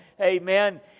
Amen